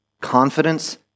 confidence